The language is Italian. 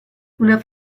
una